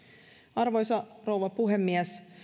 arvoisa rouva puhemies